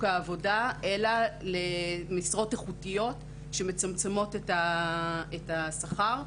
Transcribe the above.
העבודה אלא למשרות איכותיות שמצמצמות את פער השכר.